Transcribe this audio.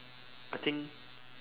I think